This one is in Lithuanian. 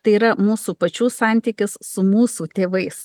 tai yra mūsų pačių santykis su mūsų tėvais